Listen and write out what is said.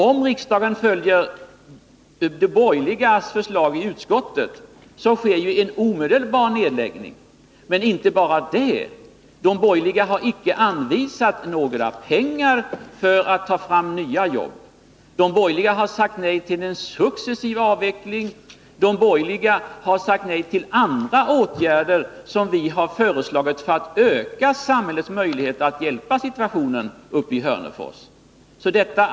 Om riksdagen följer förslaget från de borgerliga i utskottet, så sker ju en omedelbar nedläggning. Men inte bara det. De borgerliga har icke anvisat några pengar för att ta fram nya jobb. De borgerliga har sagt nej till en successiv avveckling. De borgerliga har sagt nej till andra åtgärder som vi har föreslagit för att öka samhällets möjligheter att hjälpa till att lösa situationen uppe i Hörnefors.